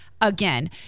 again